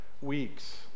weeks